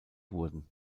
wurden